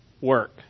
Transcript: work